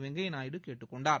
வெங்கைய நாயுடு கேட்டுக் கொண்டார்